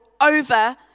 over